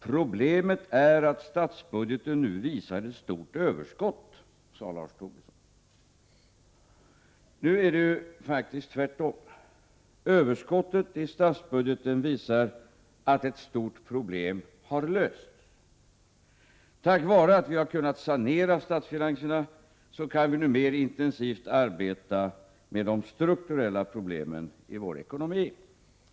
Problemet är att statsbudgeten nu visar ett stort överskott, sade Lars Tobisson. Nu är det ju faktiskt tvärtom. Överskottet i statsbudgeten visar att ett stort problem har lösts. Tack vare att vi har kunnat sanera statsfinanserna kan vi nu mer intensivt arbeta med de strukturella problemen i vår ekonomi.